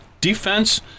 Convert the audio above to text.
Defense